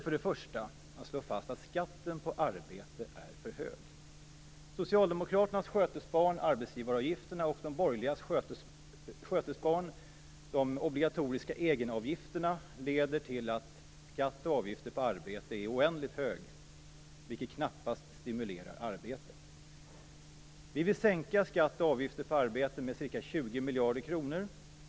För det första bör man slå fast att skatten på arbete är för hög. Socialdemokraternas skötebarn, arbetsgivaravgifterna, och de borgerligas skötebarn, de obligatoriska egenavgifterna, leder till att skatt och avgifter på arbete är oändligt höga, vilket knappast stimulerar arbete. Vi vill sänka skatt och avgifter på arbete med ca 20 miljarder kronor.